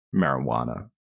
marijuana